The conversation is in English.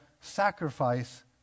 sacrifice